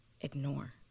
ignore